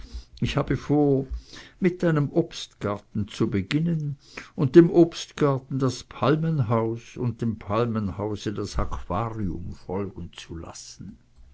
ich habe vor mit deinem obstgarten zu beginnen und dem obstgarten das palmenhaus und dem palmenhause das aquarium folgen zu lassen